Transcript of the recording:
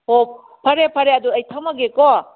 ꯍꯣꯏ ꯐꯔꯦ ꯐꯔꯦ ꯑꯗꯨ ꯑꯩ ꯊꯝꯃꯒꯦꯀꯣ